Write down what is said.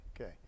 Okay